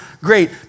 great